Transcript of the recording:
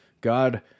God